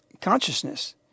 consciousness